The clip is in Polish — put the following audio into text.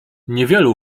niewielu